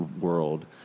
world